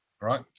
right